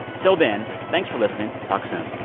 till then, thanks for listening. talk soon